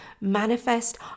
manifest